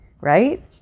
Right